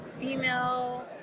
female